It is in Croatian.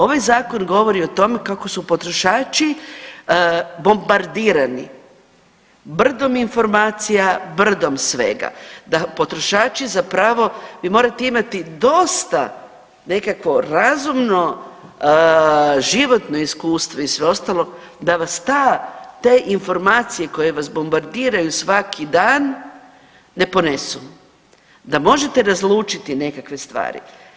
Ovaj zakon govori o tome kako su potrošači bombardirani brdom informacija, brdom svega, da potrošači za pravo, vi morate imati dosta nekakvo razumno životno iskustvo i sve ostalo da vas te informacije koje vas bombardiraju svaki dan ne ponesu, da možete razlučiti nekakve stvari.